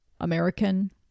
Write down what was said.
American